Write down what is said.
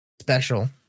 special